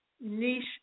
niche